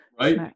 Right